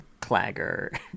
Clagger